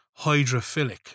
hydrophilic